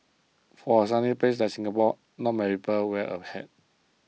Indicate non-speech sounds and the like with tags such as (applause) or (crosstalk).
for a sunny place like Singapore not many (unintelligible) wear a hat